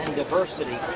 diversity.